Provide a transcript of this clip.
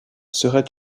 serait